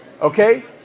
Okay